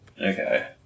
Okay